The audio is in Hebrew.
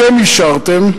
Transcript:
אתם אישרתם,